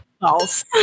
False